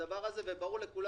(הישיבה נפסקה בשעה 13:25 ונתחדשה